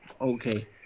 okay